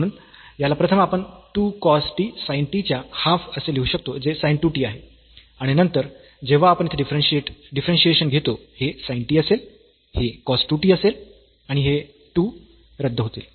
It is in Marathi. म्हणून याला प्रथम आपण 2 cos t sin t च्या हाफ असे लिहू शकतो जे sin 2 t आहे आणि नंतर जेव्हा आपण येथे डिफरन्शियेशन घेतो हे sin t असेल हे cos 2 t असेल आणि हे 2 रद्द होतील